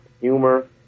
humor